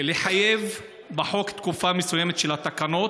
לחייב בחוק תקופה מסוימת לתקנות.